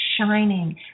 Shining